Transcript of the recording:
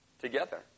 together